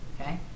Okay